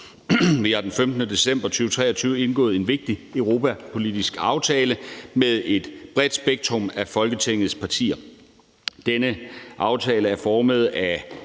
Vi har den 15. december 2023 indgået en vigtig europapolitisk aftale med et bredt spektrum af Folketingets partier. Denne aftale er formet af